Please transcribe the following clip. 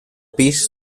pis